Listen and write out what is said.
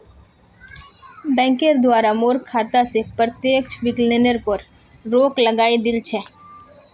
बैंकेर द्वारे मोर खाता स प्रत्यक्ष विकलनेर पर रोक लगइ दिल छ